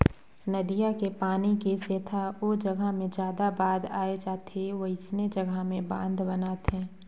नदिया के पानी के सेथा ओ जघा मे जादा बाद आए जाथे वोइसने जघा में बांध बनाथे